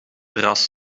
terras